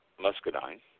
muscadine